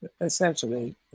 essentially